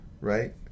right